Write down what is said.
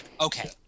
Okay